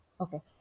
Okay